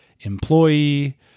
employee